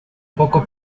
poco